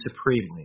supremely